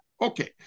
Okay